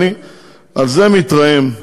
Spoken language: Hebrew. ואני על זה מתרעם,